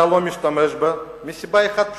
אתה לא משתמש בה מסיבה אחת פשוטה: